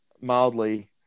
mildly